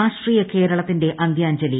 രാഷ്ട്രീയ കേരളത്തിന്റെ അന്ത്യാജ്ഞലി